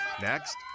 Next